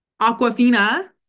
Aquafina